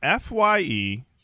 FYE